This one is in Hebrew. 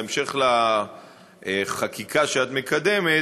בהמשך לחקיקה שאת מקדמת,